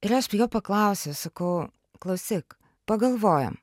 ir aš jo paklausiau sakau klausyk pagalvojam